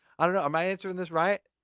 i don't know. am i answering this right?